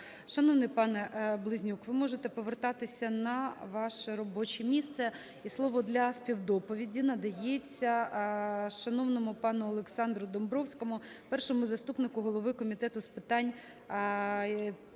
шановний пане Близнюк, ви можете повертатися на ваше робоче місце. І слово для співдоповіді надається шановному пану Олександру Домбровському, першому заступнику голови Комітету з питань